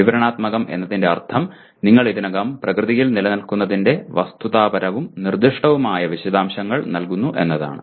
വിവരണാത്മകം എന്നതിന്റെ അർത്ഥം നിങ്ങൾ ഇതിനകം പ്രകൃതിയിൽ നിലനിൽക്കുന്നതിന്റെ വസ്തുതാപരവും നിർദ്ദിഷ്ടവുമായ വിശദാംശങ്ങൾ നൽകുന്നു എന്നാണ്